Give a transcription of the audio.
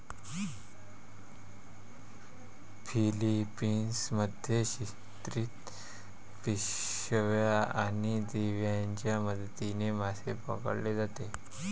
Philippines मध्ये छिद्रित पिशव्या आणि दिव्यांच्या मदतीने मासे पकडले जात होते